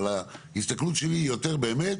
אבל ההסתכלות שלי היא יותר באמת